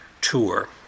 tour